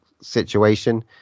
situation